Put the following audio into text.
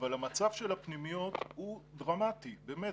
אבל המצב של הפנימיות הוא דרמטי באמת,